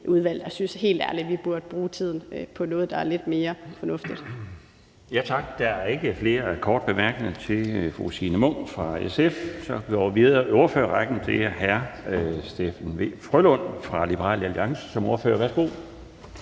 udvalg. Jeg synes helt ærligt, at vi burde bruge tiden på noget, der er lidt mere fornuftigt. Kl. 16:01 Den fg. formand (Bjarne Laustsen): Tak. Der er ikke flere korte bemærkninger til fru Signe Munk fra SF. Så vi går videre i ordførerrækken til hr. Steffen W. Frølund fra Liberal Alliance som ordfører. Værsgo.